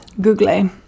google